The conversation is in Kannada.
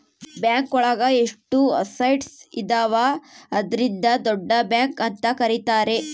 ಬ್ಯಾಂಕ್ ಒಳಗ ಎಷ್ಟು ಅಸಟ್ಸ್ ಇದಾವ ಅದ್ರಿಂದ ದೊಡ್ಡ ಬ್ಯಾಂಕ್ ಅಂತ ಕರೀತಾರೆ